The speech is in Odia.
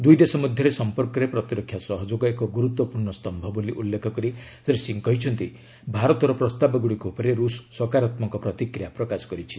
ଦୂଇ ଦେଶ ମଧ୍ୟରେ ସମ୍ପର୍କରେ ପ୍ରତିରକ୍ଷା ସହଯୋଗ ଏକ ଗୁରୁତ୍ୱପୂର୍ଣ୍ଣ ସ୍ତମ୍ଭ ବୋଲି ଉଲ୍ଲେଖ କରି ଶ୍ରୀ ସିଂହ କହିଛନ୍ତି ଭାରତର ପ୍ରସ୍ତାବଗୁଡ଼ିକ ଉପରେ ରୁଷ ସକାରାତ୍ମକ ପ୍ରତିକ୍ରିୟା ପ୍ରକାଶ କରିଛି